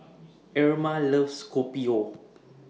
Irma loves Kopi O